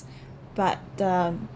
but um